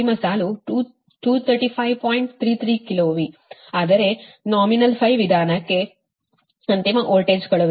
33 KV ಆದರೆ nominal ವಿಧಾನಕ್ಕೆ ಅಂತಿಮ ವೋಲ್ಟೇಜ್ ಕಳುಹಿಸುವಿಕೆಯು 224